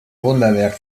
wunderwerk